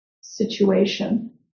situation